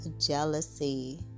jealousy